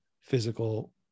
physical